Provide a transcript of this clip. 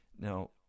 Now